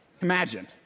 Imagine